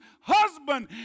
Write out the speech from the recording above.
husband